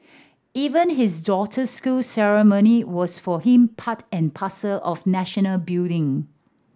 even his daughter's school ceremony was for him part and parcel of national building